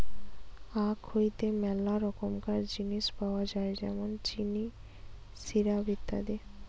আখ হইতে মেলা রকমকার জিনিস পাওয় যায় যেমন চিনি, সিরাপ, ইত্যাদি